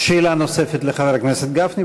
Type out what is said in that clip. שאלה נוספת לחבר הכנסת גפני.